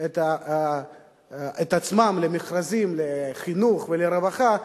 את עצמן למכרזים לחינוך ולרווחה,